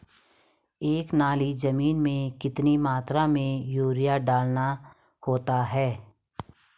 एक नाली जमीन में कितनी मात्रा में यूरिया डालना होता है?